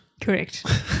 Correct